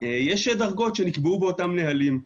יש דרגות שנקבעו באותם נהלים.